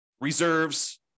reserves